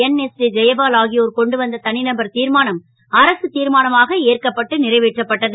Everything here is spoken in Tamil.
என்எஸ்ஜே ஜெயபால் ஆகியோர் கொண்டு வந்த த நபர் திர்மானம் அரசுத் திர்மானமாக ஏற்கப்பட்டு றைவேற்றப்பட்டது